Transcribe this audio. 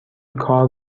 کار